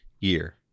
year